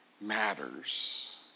matters